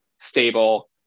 stable